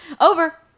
Over